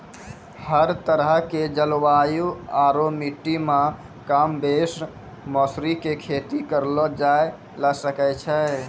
हर तरह के जलवायु आरो मिट्टी मॅ कमोबेश मौसरी के खेती करलो जाय ल सकै छॅ